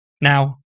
Now